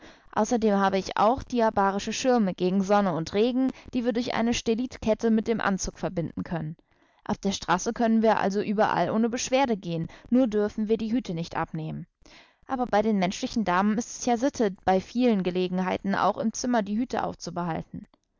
außerdem habe ich auch diabarische schirme gegen sonne und regen die wir durch eine stellitkette mit dem anzug verbinden können auf der straße können wir also überall ohne beschwerde gehen nur dürfen wir die hüte nicht abnehmen aber bei den menschlichen damen ist es ja sitte bei vielen gelegenheiten auch im zimmer die hüte aufzubehalten